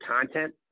content